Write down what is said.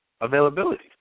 availability